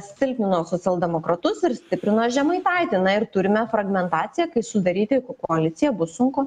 silpnino socialdemokratus ir stiprino žemaitaitį na ir turime fragmentaciją kai sudaryti koaliciją bus sunku